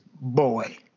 boy